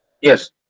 yes